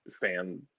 fan